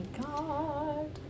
god